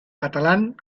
catalán